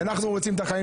אנחנו רוצים את החיים,